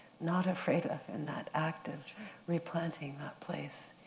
not afraid of in that act of replanting that place?